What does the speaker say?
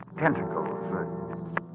tentacles